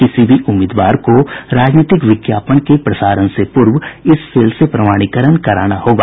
किसी भी उम्मीदवार को राजनीतिक विज्ञापन के प्रसारण से पूर्व इस सेल से प्रमाणीकरण कराना होगा